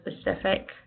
specific